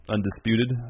Undisputed